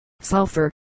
sulfur